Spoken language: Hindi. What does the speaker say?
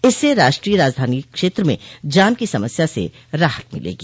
इससे राष्ट्रीय राजधानी क्षेत्र में जाम की समस्या से राहत मिलेगी